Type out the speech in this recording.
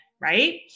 right